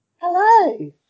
Hello